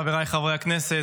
חבריי חברי הכנסת,